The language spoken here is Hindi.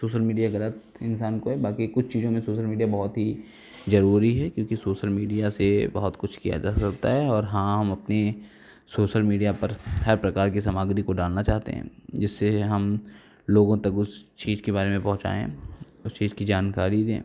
सोशल मीडिया गलत इंसान को है बाकी कुछ चीज़ों में सोसल मीडिया बहुत ही जरूरी है क्योंकि सोसल मीडिया से बहुत कुछ किया जा सकता है और हाँ हम अपनी सोशल मीडिया पर हर प्रकार की सामग्री को डालना चाहते हैं जिससे हम लोगों तक उस चीज के बारे में पहुँचाएँ उस चीज की जानकारी दें